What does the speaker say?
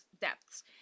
depths